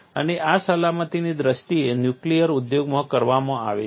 અને આ સલામતીની દ્રષ્ટિએ નુક્લિયર ઉદ્યોગમાં કરવામાં આવે છે